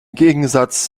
gegensatz